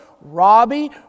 Robbie